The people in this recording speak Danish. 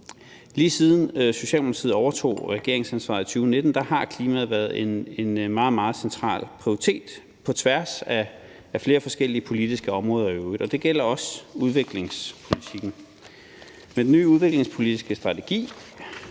Lige siden Socialdemokratiet overtog regeringsansvaret i 2019, har klimaet været en meget, meget central prioritet på tværs af flere forskellige politiske områder i øvrigt, og det gælder også udviklingspolitikken. Med den nye udviklingspolitiske strategi